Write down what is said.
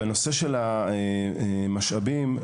ההיבט השני זה משאבים: